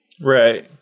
Right